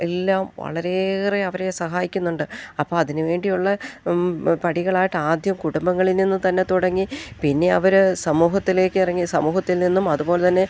എല്ലാം വളരെയേറെ അവരെ സഹായിക്കുന്നുണ്ട് അപ്പം അതിനു വേണ്ടിയുള്ള പടികളായിട്ട് ആദ്യം കുടുംബങ്ങളിൽ നിന്നും തന്നെ തുടങ്ങി പിന്നെ അവർ സമൂഹത്തിലേക്ക് ഇറങ്ങി സമൂഹത്തിൽ നിന്നും അതു പോലെ തന്നെ